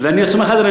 ואני רוצה לומר לך,